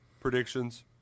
predictions